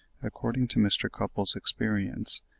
according to mr. cupples' experience,